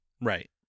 Right